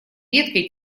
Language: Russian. веткой